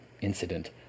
incident